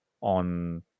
on